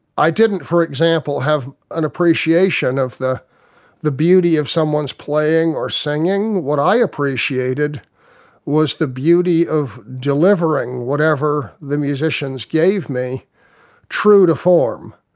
i didn't, for example, have an appreciation of the the beauty of someone's playing or singing. what i appreciated was the beauty of delivering whatever the musicians gave me true to form.